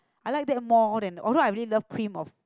I like that more than although I really love cream of